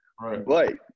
Right